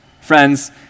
Friends